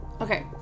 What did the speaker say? okay